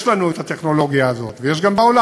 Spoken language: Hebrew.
אותה טכנולוגיה שיש לנו ויש גם בעולם,